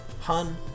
Hun